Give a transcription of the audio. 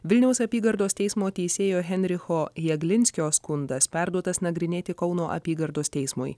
vilniaus apygardos teismo teisėjo heinricho jaglinskio skundas perduotas nagrinėti kauno apygardos teismui